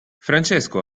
francesco